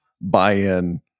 buy-in